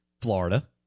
Florida